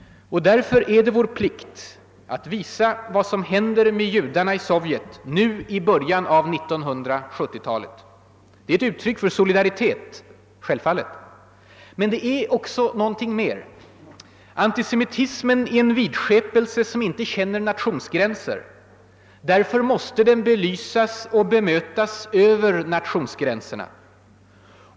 Därför är det vår plikt att visa vad som händer också med judarna i Sovjet, nu i början av 1970-talet. Det är ett uttryck för solidaritet, självfallet. Men det är också något mer. Antisemitismen är en vidskepelse som inte känner några nationsgränser; därför måste den belysas och bemötas över nationsgränserna.